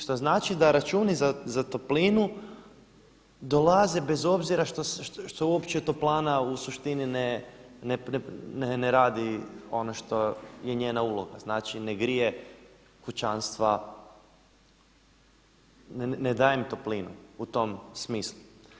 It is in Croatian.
Što znači da računi za toplinu dolaze bez obzira što uopće toplana u suštini ne radi ono što je njena uloga, znači ne grije kućanstva, ne daje im toplinu u tom smislu.